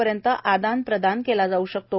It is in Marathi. पर्यंत अदान प्रदान केल्या जावू शकतो